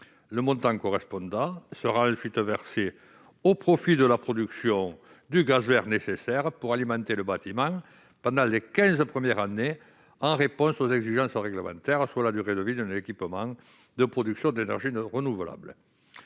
Le montant correspondant sera ensuite versé au profit de la production du gaz vert nécessaire pour alimenter le bâtiment pendant les quinze premières années, en réponse aux exigences réglementaires, soit la durée de vie d'un équipement de production d'énergie renouvelable.